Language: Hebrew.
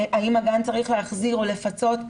האם הגן צריך להחזיר או לפצות.